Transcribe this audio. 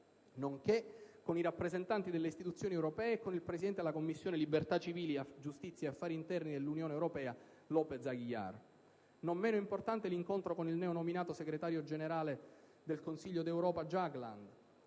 nonché con i rappresentanti delle istituzioni europee e con il presidente della Commissione libertà civili, giustizia e affari interni dell'Unione europea López Aguilar. Non meno importante l'incontro con il neo nominato segretario generale del Consiglio d'Europa Jagland.